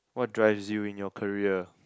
what drives you in your career